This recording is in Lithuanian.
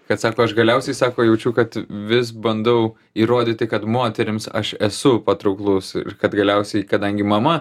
kad sako aš galiausiai sako jaučiu kad vis bandau įrodyti kad moterims aš esu patrauklus kad galiausiai kadangi mama